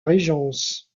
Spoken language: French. régence